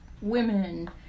women